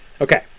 Okay